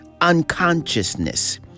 unconsciousness